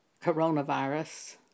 coronavirus